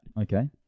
Okay